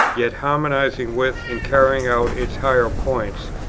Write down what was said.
yet harmonizing with, and carrying out its higher points,